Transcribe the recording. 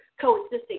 coexisting